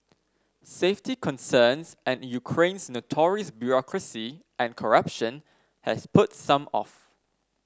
safety concerns and Ukraine's notorious bureaucracy and corruption has put some off